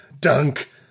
Dunk